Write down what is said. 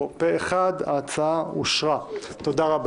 הצבעה בעד, פה אחד ההצעה להעברת